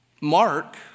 Mark